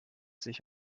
sich